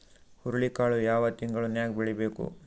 ಹುರುಳಿಕಾಳು ಯಾವ ತಿಂಗಳು ನ್ಯಾಗ್ ಬೆಳಿಬೇಕು?